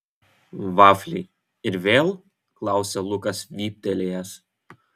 vafliai ir vėl klausia lukas vyptelėjęs